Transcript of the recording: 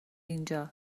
اینجا